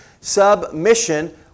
Submission